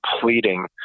pleading